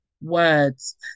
words